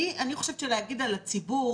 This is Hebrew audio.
בנוסף, אני חושבת שלהגיד על הציבור